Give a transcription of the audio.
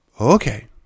Okay